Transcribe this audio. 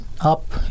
up